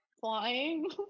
Flying